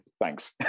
Thanks